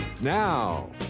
Now